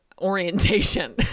orientation